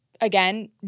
again